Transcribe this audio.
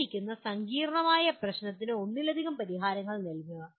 തന്നിരിക്കുന്ന സങ്കീർണ്ണമായ പ്രശ്നത്തിന് ഒന്നിലധികം പരിഹാരങ്ങൾ നൽകുക